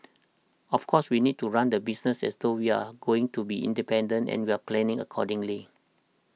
of course we need to run the business as though we're going to be independent and we're planning accordingly